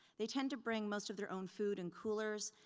they tend to bring most of their own food in coolers,